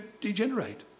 degenerate